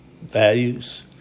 values